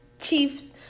Chiefs